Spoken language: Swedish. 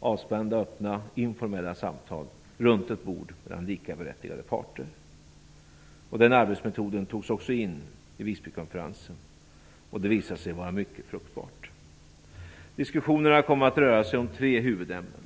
avspända, öppna, informella samtal runt ett bord med likaberättigade parter. Den arbetsmetoden togs också in i Visbykonferensen. Den visade sig vara mycket fruktbar. Diskussionerna kom att röra sig om tre huvudämnen.